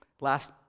Last